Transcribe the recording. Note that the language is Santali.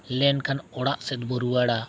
ᱞᱮᱱᱠᱷᱟᱱ ᱚᱲᱟᱜ ᱥᱮᱫᱵᱚ ᱨᱩᱣᱟᱹᱲᱟ